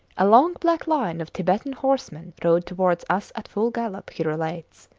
a long black line of tibetan horsemen rode towards us at full gallop, he relates.